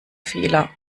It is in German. fehler